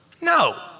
no